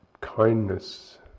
kindness